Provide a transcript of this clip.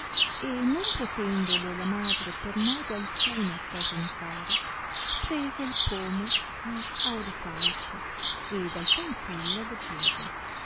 e non potendolo la madre per modo alcuno attasentare prese il pomo di auricalco ed al fanciullo diede